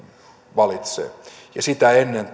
valitsee sitä ennen